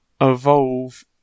evolve